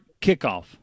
kickoff